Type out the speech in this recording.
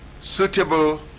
suitable